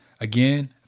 Again